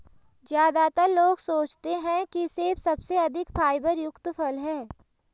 ज्यादातर लोग सोचते हैं कि सेब सबसे अधिक फाइबर युक्त फल है